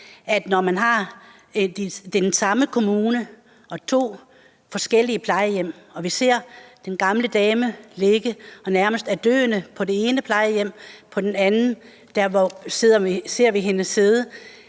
at når man har den samme kommune og to forskellige plejehjem – og vi ser den gamle dame ligge og nærmest være døende på det ene plejehjem, mens vi på det andet ser hende sidde